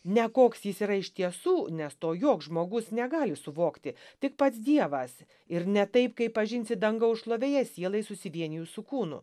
ne koks jis yra iš tiesų nes to joks žmogus negali suvokti tik pats dievas ir ne taip kaip pažinsi dangaus šlovėje sielai susivienijus su kūnu